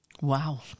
Wow